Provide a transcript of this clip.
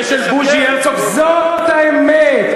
ושל בוז'י הרצוג, זאת האמת.